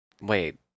Wait